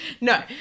No